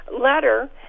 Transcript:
letter